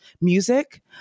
music